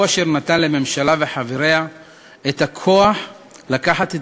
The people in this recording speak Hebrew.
הוא אשר נתן לממשלה וחבריה את הכוח לקחת את